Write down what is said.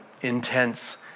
intense